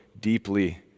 deeply